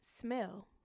smell